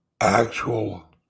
actual